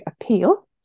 appeal